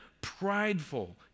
prideful